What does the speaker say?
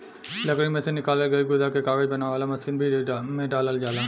लकड़ी में से निकालल गईल गुदा के कागज बनावे वाला मशीन में डालल जाला